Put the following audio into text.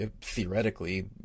theoretically